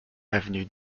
avenue